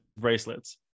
bracelets